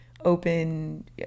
Open